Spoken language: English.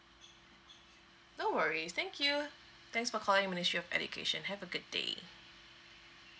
no worries thank you thanks for calling ministry of education have a good day